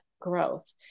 growth